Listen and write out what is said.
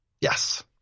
Yes